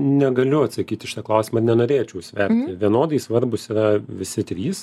negaliu atsakyt į šitą klausimą nenorėčiau sverti vienodai svarbūs yra visi trys